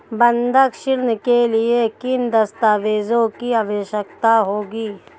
बंधक ऋण के लिए किन दस्तावेज़ों की आवश्यकता होगी?